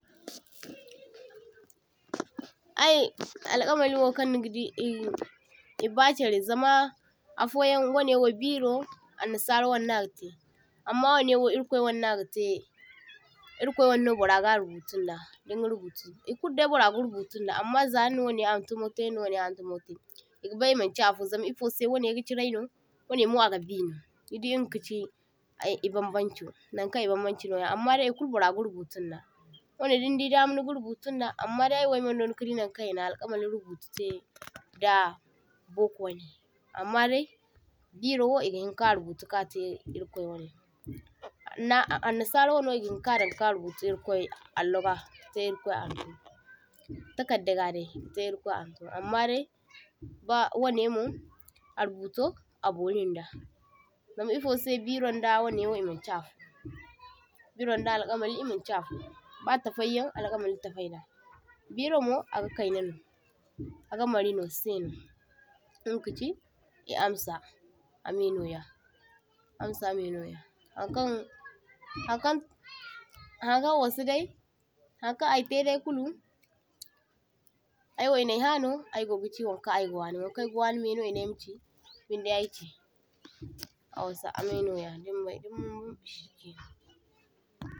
toh – toh Ay alkamariwo kaŋnigadi eh e bacharai zama afoyaŋ waŋewo biro aŋnasara waŋaino agatai amma waŋaiwo irkwai waŋnagate irkwai waŋno burra ga rubutunda, dinga rubutu e kuludai bora ga rubutun amma zanina wanai hantumo tai nina wanai haŋtumotai egabai a kachi afo zam iffose waŋega chirai waŋemo ada bino, nidi ingakachi ay e bambaŋcho. Naŋkaŋ e bambaŋchi noya amma dai e kulu bora ga rubutunda wane dindi dama niga rubutunda ammadai aywo ayman dona kadi naŋkaŋ ena alkamari rubututai da bokowaŋai, ammadai birowo egahinka rubutu katai ir’kwai waŋo na aŋna saraiwano egahinka daŋ ka rubutu irkwai alloga katai irkwai allo takadda gadai katai irkwai haŋtum, amma dai ba waŋemo a rubuto a burrinda zama efosai biron da waŋewo emaŋchi afo, biron da alkalami emanchi afo ba tafaiyaŋ alkalami tafaida. Biromo aga kainaŋo aga marino saino inga kachi e amsa amainoya. Amsa me noya Haŋkaŋ Haŋkaŋ Haŋkaŋ wasadai Haŋkaŋ aytaidai kulu aywo enai haŋo aywo aygogachi, waŋkaŋ ayga waŋi maino enai aymachi binde aychi aho awasa amenoya dinbai uhm.